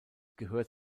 gehört